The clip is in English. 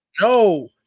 no